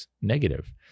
negative